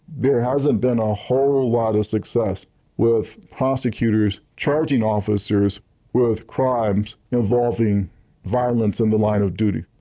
there hasn't been a whole lot of success with prosecutors charging officers with crimes involving violence in the line of duty.